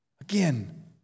Again